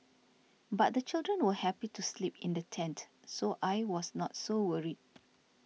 but the children were happy to sleep in the tent so I was not so worried